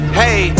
hey